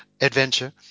adventure